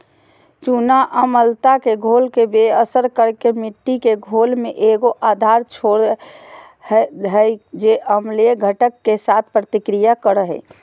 चूना अम्लता के घोल के बेअसर कर के मिट्टी के घोल में एगो आधार छोड़ हइ जे अम्लीय घटक, के साथ प्रतिक्रिया करो हइ